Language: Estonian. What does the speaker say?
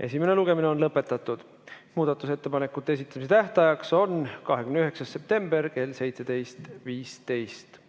Esimene lugemine on lõpetatud. Muudatusettepanekute esitamise tähtaeg on 29. september kell 17.15.